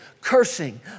cursing